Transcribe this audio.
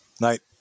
Night